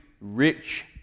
rich